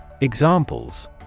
Examples